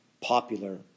popular